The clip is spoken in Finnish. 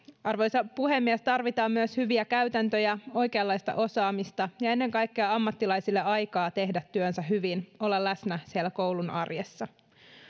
arvoisa puhemies tarvitaan myös hyviä käytäntöjä oikeanlaista osaamista ja ennen kaikkea ammattilaisille aikaa tehdä työnsä hyvin olla läsnä siellä koulun arjessa